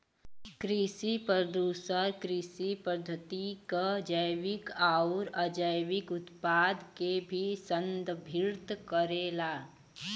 कृषि प्रदूषण कृषि पद्धति क जैविक आउर अजैविक उत्पाद के भी संदर्भित करेला